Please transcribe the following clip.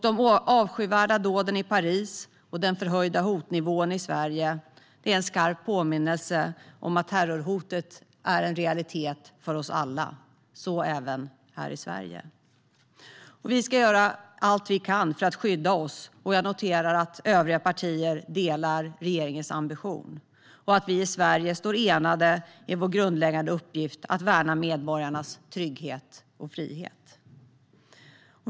De avskyvärda dåden i Paris och den förhöjda hotnivån i Sverige är en skarp påminnelse om att terrorhotet är en realitet för oss alla, så även här i Sverige. Vi ska göra allt vi kan för att skydda oss. Jag noterar att övriga partier delar regeringens ambition och att vi i Sverige står enade i vår grundläggande uppgift att värna medborgarnas trygghet och frihet.